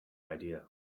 idea